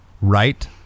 Right